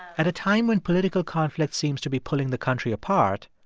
at a time when political conflict seems to be pulling the country apart,